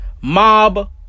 mob